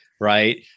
right